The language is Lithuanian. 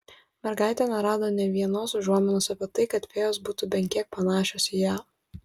mergaitė nerado nė vienos užuominos apie tai kad fėjos būtų bent kiek panašios į ją